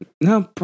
No